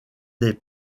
des